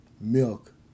milk